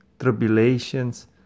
tribulations